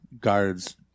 guards